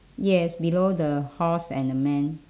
yes below the horse and the man